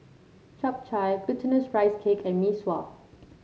Chap Chai Glutinous Rice Cake and Mee Sua